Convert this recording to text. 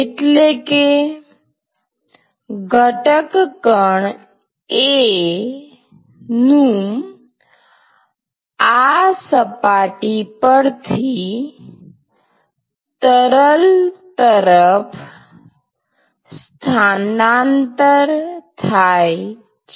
એટલે કે ઘટક કણ A નું આ સપાટી પરથી તરલ તરફ સ્થાનાંતર થાય છે